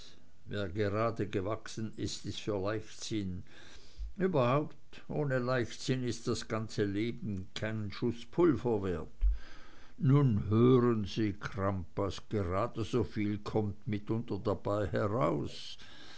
wer gerade gewachsen ist ist für leichtsinn überhaupt ohne leichtsinn ist das ganze leben keinen schuß pulver wert nun hören sie crampas gerade so viel kommt mitunter dabei heraus